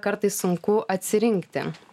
kartais sunku atsirinkti